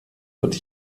wird